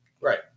Right